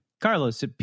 Carlos